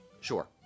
Sure